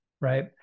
right